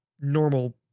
normal